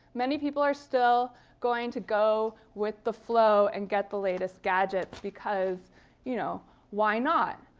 many people are still going to go with the flow, and get the latest gadgets, because you know why not?